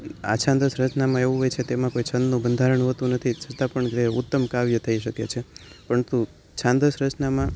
અછાંદસ રચનામાં એવું હોય છે તેમાં કોઈ છંદનું બંધારણ હોતું નથી છતાં પણ તે ઉત્તમ કાવ્ય થઈ શકે છે પરંતુ છાંદસ રચનામાં